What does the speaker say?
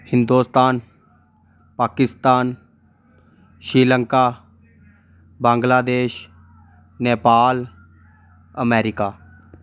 Hindustan Pakistan Sri Lanka Bangladesh Nepal America